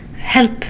help